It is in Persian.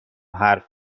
حرف